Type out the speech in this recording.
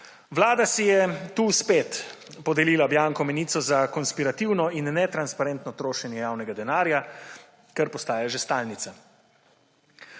Vlada si je tu spet podelila bianko menico za konspirativno in netransparentno trošenje javnega denarja, kar postaja že stalnica.